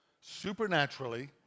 supernaturally